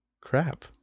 Crap